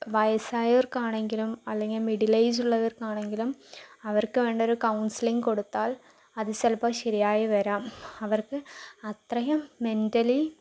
വയസ്സായവർക്കാണെങ്കിലും അല്ലെങ്കിൽ middle age ഉള്ളവർക്കാണെങ്കിലും അവർക്ക് വേണ്ട ഒരു കൗൺസിലിംഗ് കൊടുത്താൽ അത് ചിലപ്പോൾ ശരിയായി വരാം അവർക്ക് അത്രയും മെൻ്റലി